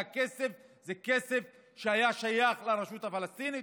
הכסף זה כסף שהיה שייך לרשות הפלסטינית,